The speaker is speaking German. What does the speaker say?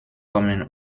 kommen